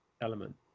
element